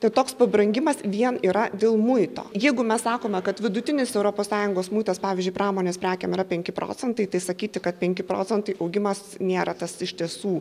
tai toks pabrangimas vien yra dėl muito jeigu mes sakome kad vidutinis europos sąjungos muitas pavyzdžiui pramonės prekėm yra penki procentai tai sakyti kad penki procentai augimas nėra tas iš tiesų